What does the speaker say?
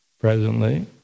presently